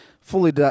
fully